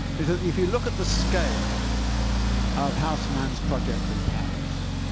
is that if you look at the scale of haussmann's project in paris,